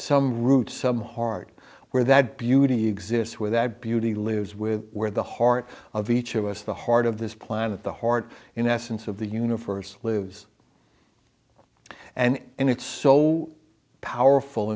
some roots some heart where that beauty exists where that beauty lives with where the heart of each of us the heart of this planet the heart in essence of the universe lives and in it's so powerful